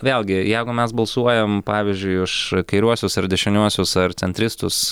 vėlgi jeigu mes balsuojam pavyzdžiui už kairiuosius ar dešiniuosius ar centristus